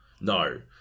no